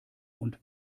und